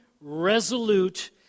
resolute